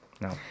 no